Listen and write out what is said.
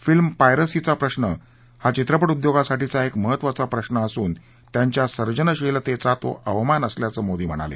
film पायरसीचा प्रश्न हा चित्रपट उद्योगासाठीचा एक महत्त्वाचा प्रश्न असून त्यांच्या सर्जनशिलतेचा तो अवमान असल्याचं मोदी म्हणाले